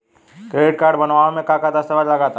Credit card बनवावे म का का दस्तावेज लगा ता?